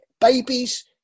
babies